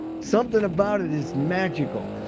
something about it is magical.